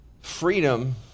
Freedom